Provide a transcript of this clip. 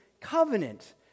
covenant